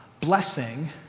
blessing